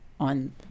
on